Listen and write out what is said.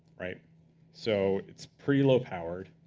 so it's pretty low-powered,